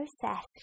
process